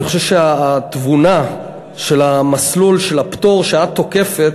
אני חושב שהתבונה של המסלול של הפטור שאת תוקפת,